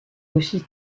aussi